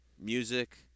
music